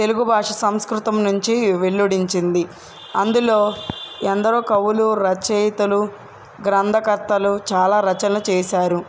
తెలుగు భాష సంస్కృతం నుంచి వెలువడింది అందులో ఎందరో కవులు రచయితలు గ్రంథకథలు చాలా రచనలు చేశారు